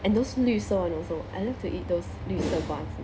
and those 绿色 one also I love to eat those 绿色瓜子